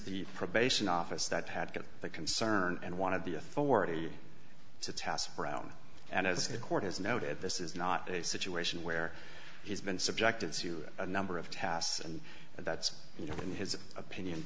the probation office that had got the concern and wanted the authority to task brown and as the court has noted this is not a situation where he's been subjected to a number of tasks and that's you know in his opinion